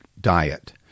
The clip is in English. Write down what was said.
diet –